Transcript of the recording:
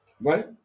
Right